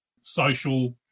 social